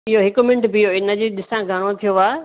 भियो हिक मिन्ट भियो हिनजी ॾिसां घणो थियो आ